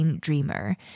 Dreamer